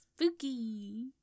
Spooky